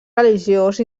religiós